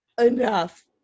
enough